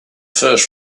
first